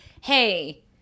hey